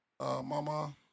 mama